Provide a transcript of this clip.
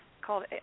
called